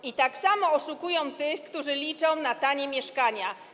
I tak samo oszukują tych, którzy liczą na tanie mieszkania.